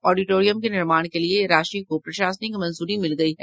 auditorium के निर्माण के लिये राशि को प्रशासनिक मंजूरी मिल गयी है